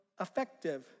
effective